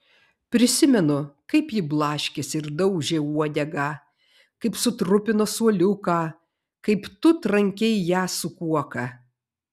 prisimenu kaip ji blaškėsi ir daužė uodegą kaip sutrupino suoliuką kaip tu trankei ją su kuoka